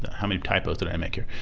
how many typos did i make here?